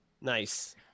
nice